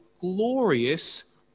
glorious